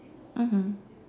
mmhmm